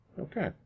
Okay